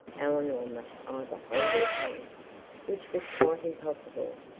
eleanor must either hold her tongue, which was quite impossible,